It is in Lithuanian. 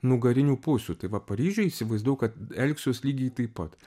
nugarinių pusių tai va paryžiuj įsivaizdavau kad elgsiuos lygiai taip pat